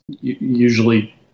usually